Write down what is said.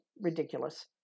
ridiculous